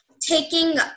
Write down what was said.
taking